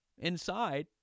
Inside